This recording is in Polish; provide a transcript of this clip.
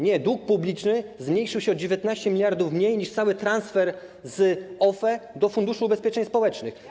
Nie dług publiczny zmniejszył się o 19 mld mniej niż cały transfer z OFE do Funduszu Ubezpieczeń Społecznych.